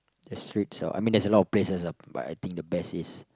the streets I mean there's a lot of places but I think the best is